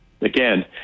again